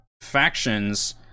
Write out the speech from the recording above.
factions